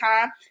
time